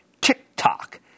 TikTok